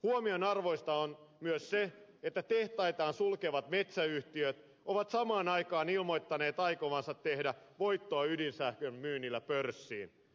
huomionarvoista on myös se että tehtaitaan sulkevat metsäyhtiöt ovat samaan aikaan ilmoittaneet aikovansa tehdä voittoa ydinsähkön myynnillä pörssiin